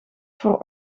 voor